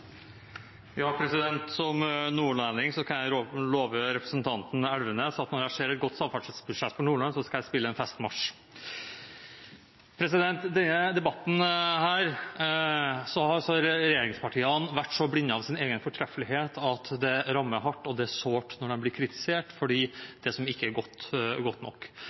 Som nordlending kan jeg love representanten Elvenes at når jeg ser et godt samferdselsbudsjett for Nordland, skal jeg spille en festmarsj. I denne debatten har regjeringspartiene vært så blendet av sin egen fortreffelighet at det rammer hardt og er sårt når de blir kritisert for det som ikke er godt nok.